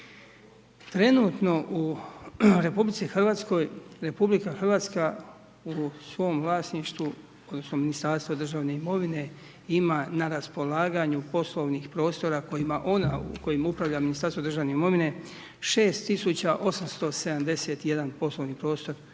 Trenutno u RH, RH u svom vlasništvu koje Ministarstvo državne imovine ima na raspolaganju poslovnih prostora kojim upravlja Ministarstvo državne imovine 6871 poslovni prostor